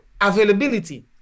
Availability